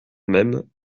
même